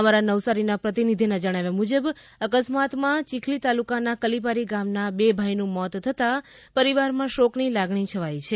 અમારા નવસારીના પ્રતિનિધિના જણાવ્યા મુજબ અકસ્માતમાં ચીખલી તાલુકાના કલીપારી ગામના બે ભાઇનું મોત થતાં પરિવારમાં શોકની લાગણી છવાઇ ગઇ છે